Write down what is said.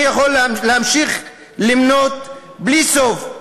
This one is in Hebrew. אני יכול להמשיך למנות בלי סוף,